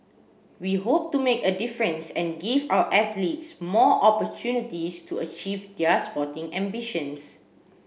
we hope to make a difference and give our athletes more opportunities to achieve their sporting ambitions